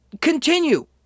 continue